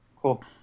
Cool